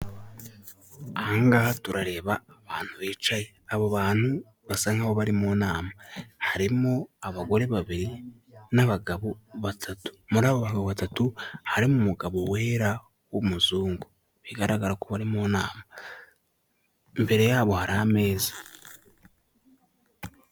Aha ngaha turareba abantu bicaye, abo bantu basa nkaho bari mu nama, harimo abagore babiri n'abagabo batatu, muri abo bagabo batatu harimo umugabo wera w'umuzungu, bigaragara ko bari mu nama. Imbere yabo hari ameza.